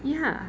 ya